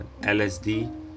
LSD